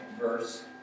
verse